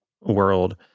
world